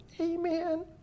amen